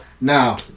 Now